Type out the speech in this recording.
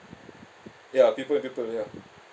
ya people people ya